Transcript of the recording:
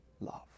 love